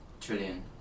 Trillion